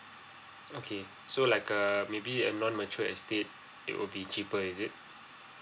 okay so like err maybe a non mature estate it will be cheaper is it